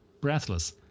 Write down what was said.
Breathless